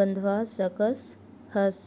बंधवा सकस हस